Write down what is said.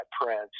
prince